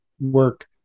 work